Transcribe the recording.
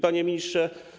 Panie Ministrze!